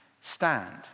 stand